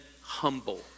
humble